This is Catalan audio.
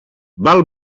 val